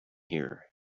here